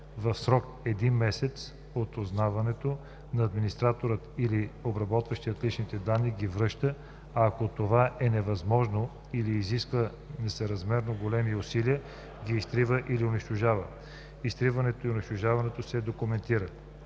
в срок един месец от узнаването администраторът или обработващият лични данни ги връща, а ако това е невъзможно или изисква несъразмерно големи усилия, ги изтрива или унищожава. Изтриването и унищожаването се документират.